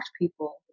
people